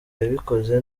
yabikoze